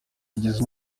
yagize